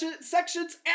sections